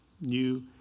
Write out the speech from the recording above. New